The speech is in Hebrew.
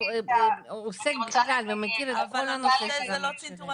בואו נשמע את אסנת.